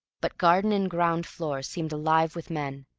but garden and ground floor seemed alive with men,